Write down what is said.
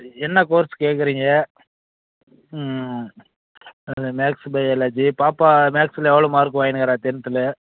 எ என்ன கோர்ஸ் கேட்குறீங்க ம் அது மேக்ஸ் பயாலஜி பாப்பா மேக்ஸ்சில் எவ்வளோ மார்க்கு வாங்கிணுக்ருக்கிறா டென்த்தில்